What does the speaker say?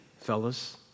fellas